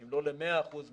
אם לא למאה אחוזים